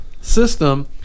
system